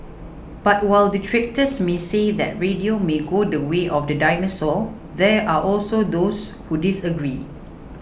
but while detractors may say that radio may go the way of the dinosaur there are also those who disagree